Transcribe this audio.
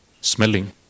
smelling